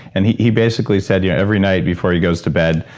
and he he basically said, yeah every night before he goes to bed,